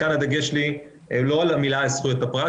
כאן הדגש שלי הוא לא "זכויות הפרט",